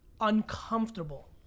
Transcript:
uncomfortable